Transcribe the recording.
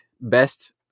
best